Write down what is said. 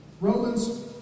Romans